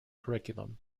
curriculum